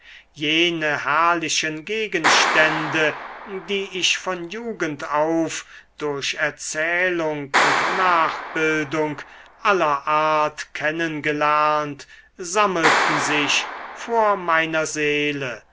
jene herrlichen gegenstände die ich von jugend auf durch erzählung und nachbildung aller art kennen gelernt sammelten sich vor meiner seele